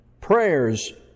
Prayers